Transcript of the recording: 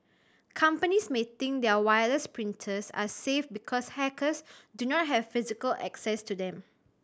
companies may think their wireless printers are safe because hackers do not have physical access to them